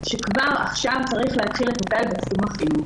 שכבר עכשיו צריך להתחיל לטפל בתחום החינוך.